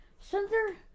center